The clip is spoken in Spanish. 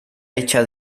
hecha